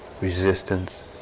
resistance